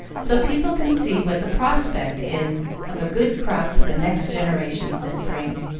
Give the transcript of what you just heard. so people can see what the prospect is of a good crop for the next generation, said frank,